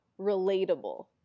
relatable